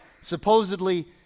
supposedly